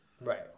right